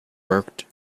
worked